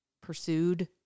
pursued